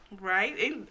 Right